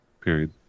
Period